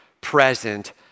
present